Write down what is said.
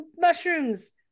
mushrooms